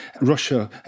Russia